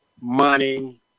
money